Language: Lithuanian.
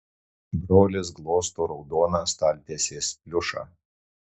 brolis glosto raudoną staltiesės pliušą